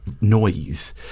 noise